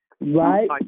Right